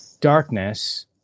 darkness